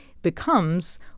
becomes